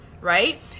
Right